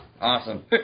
Awesome